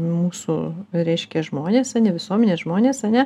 mūsų reiškia žmonės ar ne visuomenė žmonės ar ne